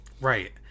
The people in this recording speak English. right